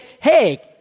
hey